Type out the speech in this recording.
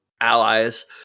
allies